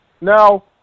now